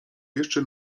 jeszcze